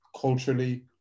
culturally